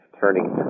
turning